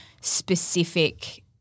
specific